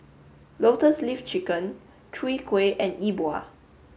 Lotus Leaf Chicken Chwee Kueh and E Bua